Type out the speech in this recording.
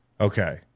Okay